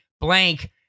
blank